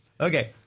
Okay